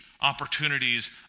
opportunities